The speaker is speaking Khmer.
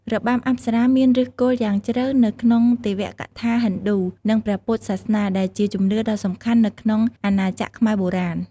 របាំអប្សរាមានឫសគល់យ៉ាងជ្រៅនៅក្នុងទេវកថាហិណ្ឌូ និងព្រះពុទ្ធសាសនា ដែលជាជំនឿដ៏សំខាន់នៅក្នុងអាណាចក្រខ្មែរបុរាណ។